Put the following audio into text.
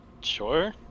Sure